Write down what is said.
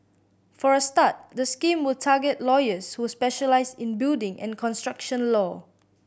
for a start the scheme will target lawyers who specialise in building and construction law